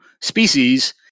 species